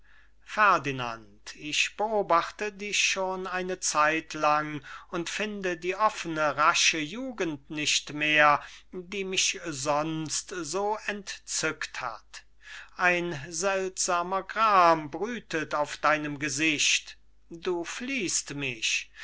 ferdinand ich beobachte dich schon eine zeitlang und finde die offene rasche jugend nicht mehr die mich sonst so entzückt hat ein seltsamer gram brütet auf deinem gesicht du fliehst mich du